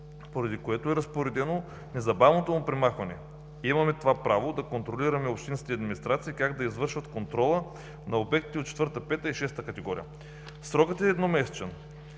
поради което е разпоредено незабавното му премахване. Имаме това право да контролираме общински администрации как да извършват контрола на обекти от четвърта, пета и шеста категории. Срокът е едномесечен.